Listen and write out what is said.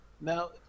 Now